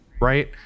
right